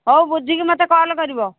ହଉ ବୁଝିକି ମୋତେ କଲ୍ କରିବ